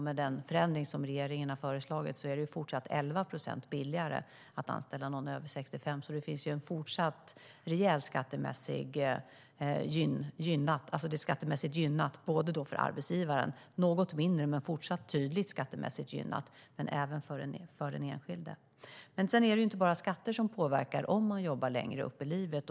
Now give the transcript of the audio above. Med den förändring som regeringen har föreslagit blir det fortsatt 11 procent billigare att anställa någon över 65, så det blir ju fortsatt rejält skattemässigt gynnat för arbetsgivaren och något mindre men fortsatt tydligt skattemässigt gynnat även för den enskilde. Sedan är det inte bara skatter som påverkar om man jobbar längre upp i åldrarna.